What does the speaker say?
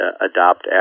adopt